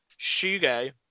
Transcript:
Shugo